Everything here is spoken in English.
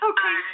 Okay